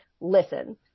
Listen